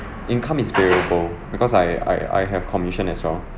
income is payable because I I I have commission as well